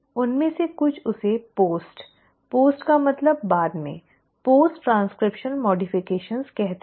उनमें से कुछ इसे पोस्ट पोस्ट का मतलब बाद में पोस्ट ट्रांसक्रिप्शनल संशोधनों कहते हैं